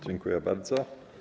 Dziękuję bardzo.